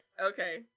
okay